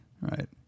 right